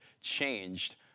changed